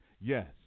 Yes